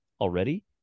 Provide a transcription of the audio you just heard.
already